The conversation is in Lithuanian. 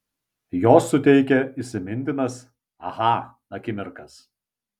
jos suteikia įsimintinas aha akimirkas